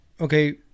okay